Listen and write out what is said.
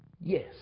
yes